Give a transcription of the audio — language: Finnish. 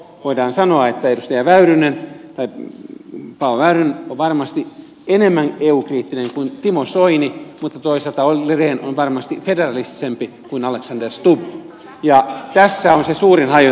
voidaan sanoa että paavo väyrynen on varmasti enemmän eu kriittinen kuin timo soini mutta toisaalta olli rehn on varmasti federalistisempi kuin alexander stubb ja tässä on se suurin hajonta suomalaisessa politiikassa